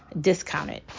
discounted